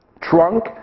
trunk